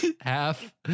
half